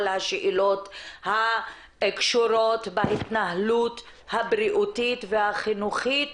השאלות הקשורות בהתנהלות הבריאותית והחינוכית